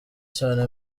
cyane